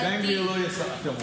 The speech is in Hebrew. כן, בן גביר לא יהיה שר.